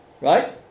Right